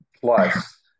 Plus